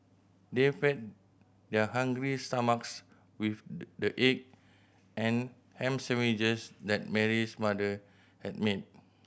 they fed their hungry stomachs with the egg and ham sandwiches that Mary's mother had made